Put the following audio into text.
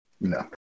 No